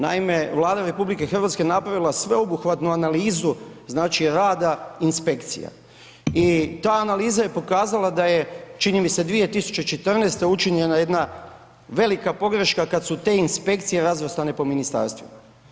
Naime, Vlada RH je napravila sveobuhvatnu analizu znači rada inspekcija i ta analiza je pokazala da je čini mi se 2014. učinjena jedna velika pogreška kad su te inspekcije razvrstane po ministarstvima.